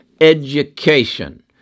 education